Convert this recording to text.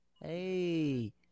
Hey